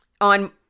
On